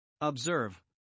Observe